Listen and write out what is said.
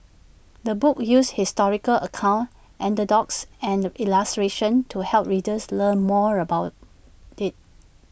the book uses historical accounts anecdotes and illustrations to help readers learn more about IT